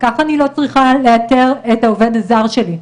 כך אני לא צריכה לאתר את העובד הזר שלי,